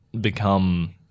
become